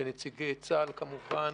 לנציגי צה"ל כמובן,